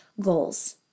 goals